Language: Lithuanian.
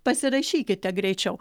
pasirašykite greičiau